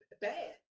bad